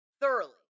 thoroughly